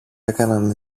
έκαναν